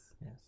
Yes